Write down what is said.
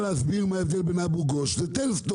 להסביר מה ההבדל בין אבו גוש וטלז-סטון.